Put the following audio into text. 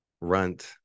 Runt